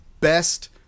best